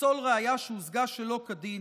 לפסול ראיה שהושגה שלא כדין,